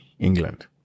England